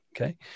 Okay